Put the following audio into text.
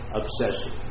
obsession